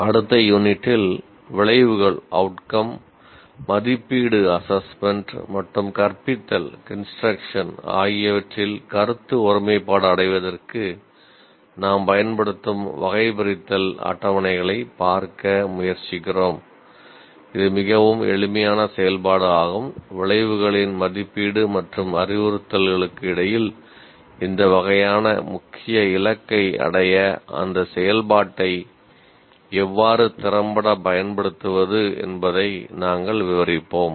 அடுத்த யூனிட்டில் விளைவுகள் மதிப்பீடு மற்றும் அறிவுறுத்தல்களுக்கு இடையில் இந்த வகையான முக்கிய இலக்கை அடைய அந்த செயல்பாட்டை எவ்வாறு திறம்பட பயன்படுத்துவது என்பதை நாங்கள் விவரிப்போம்